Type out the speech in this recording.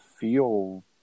feel